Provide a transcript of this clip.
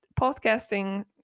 podcasting